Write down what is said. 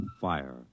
fire